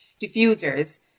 diffusers